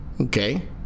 Okay